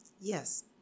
Yes